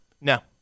no